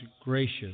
gracious